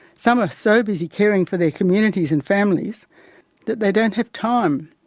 some are so busy caring for their communities and families that they don't have time,